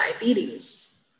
diabetes